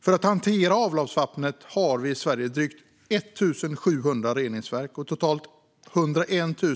För att hantera avloppsvattnet har vi i Sverige drygt 1 700 reningsverk och totalt 101 000